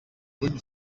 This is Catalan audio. juny